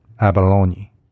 abalone